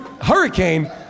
hurricane